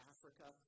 Africa